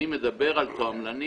אני מדבר על תועמלנים.